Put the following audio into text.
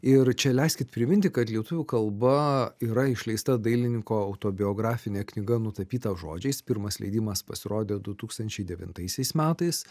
ir čia leiskit priminti kad lietuvių kalba yra išleista dailininko autobiografinė knyga nutapyta žodžiais pirmas leidimas pasirodė du tūkstančiai devintaisiais metais